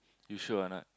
you sure or not